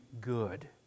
good